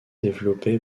développé